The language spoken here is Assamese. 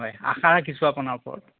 হয় আশা ৰাখিছোঁ আপোনাৰ ওপৰত